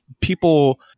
people